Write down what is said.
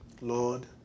Lord